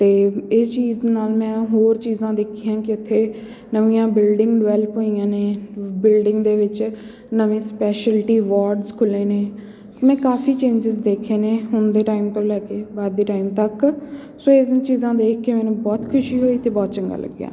ਅਤੇ ਇਸ ਚੀਜ਼ ਨਾਲ ਮੈਂ ਹੋਰ ਚੀਜ਼ਾਂ ਦੇਖੀਆਂ ਕਿ ਉੱਥੇ ਨਵੀਆਂ ਬਿਲਡਿੰਗ ਡਵੈਲਪ ਹੋਈਆਂ ਨੇ ਬਿਲਡਿੰਗ ਦੇ ਵਿੱਚ ਨਵੇਂ ਸਪੈਸ਼ਲਟੀ ਵਾਰਡਸ ਖੁੱਲ੍ਹੇ ਨੇ ਮੈਂ ਕਾਫ਼ੀ ਚੇਜਿਸ ਦੇਖੇ ਨੇ ਹੁਣ ਦੇ ਟਾਈਮ ਤੋਂ ਲੈ ਕੇ ਬਾਅਦ ਦੇ ਟਾਈਮ ਤੱਕ ਸੋ ਇਹ ਚੀਜ਼ਾਂ ਦੇਖ ਕੇ ਮੈਨੂੰ ਬਹੁਤ ਖੁਸ਼ੀ ਹੋਈ ਅਤੇ ਬਹੁਤ ਚੰਗਾ ਲੱਗਿਆ